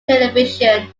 television